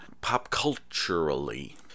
pop-culturally